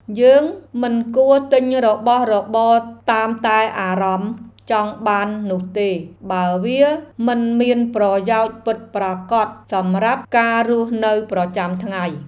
យើងមិនគួរទិញរបស់របរតាមតែអារម្មណ៍ចង់បាននោះទេបើវាមិនមានប្រយោជន៍ពិតប្រាកដសម្រាប់ការរស់នៅប្រចាំថ្ងៃ។